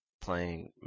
playing